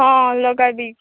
ହଁ ଲଗାବି